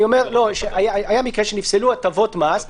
היה מקרה שנפסלו הטבות מס,